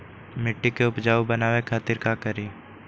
मिट्टी के उपजाऊ बनावे खातिर का करी?